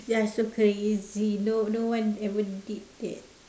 you are so crazy no no one ever did that